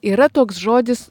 yra toks žodis